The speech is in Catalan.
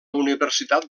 universitat